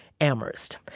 Amherst